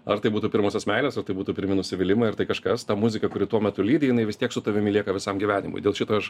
ar tai būtų pirmosios meilės o tai būtų pirmi nusivylimai ar tai kažkas ta muzika kuri tuo metu lydi jinai vis tiek su tavimi lieka visam gyvenimui dėl šito aš